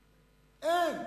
אין.